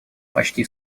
почти